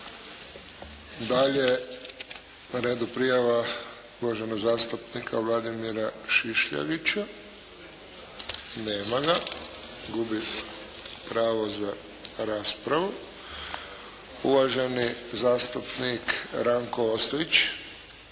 Dalje na redu prijava uvaženog zastupnika Vladimira Šišljagića. Nema ga. Gubi pravo za raspravu. Uvaženi zastupnik Ranko Ostojić.